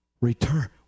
return